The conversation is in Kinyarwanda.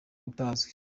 utazwi